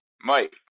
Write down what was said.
Mike